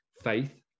faith